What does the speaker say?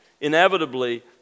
inevitably